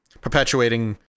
perpetuating